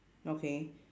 okay